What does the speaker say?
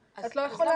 את לא יכולה.